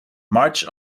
march